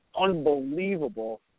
unbelievable